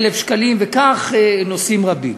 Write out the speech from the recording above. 1,000 שקלים, וכך נושאים רבים.